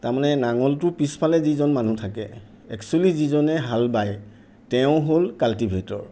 তাৰমানে নাঙলটোৰ পিছফালে যিজন মানুহ থাকে এক্চুৱেলী যিজনে হাল বায় তেওঁ হ'ল কাল্টিভেটৰ